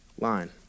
line